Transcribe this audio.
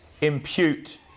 impute